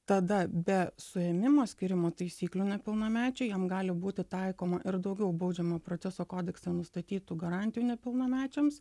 tada be suėmimo skyrimo taisyklių nepilnamečiui jam gali būti taikoma ir daugiau baudžiamojo proceso kodekse nustatytų garantijų nepilnamečiams